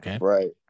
Right